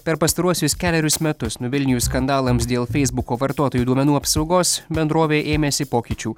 per pastaruosius kelerius metus nuvilnijus skandalams dėl feisbuko vartotojų duomenų apsaugos bendrovė ėmėsi pokyčių